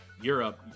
Europe